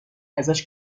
ازش